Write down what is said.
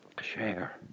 share